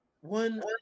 One